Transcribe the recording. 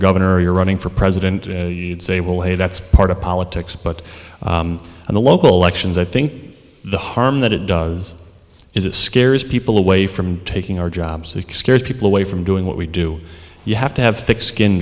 governor or you're running for president say well hey that's part of politics but in the local elections i think the harm that it does is it scares people away from taking our jobs that scares people away from doing what we do you have to have thick skin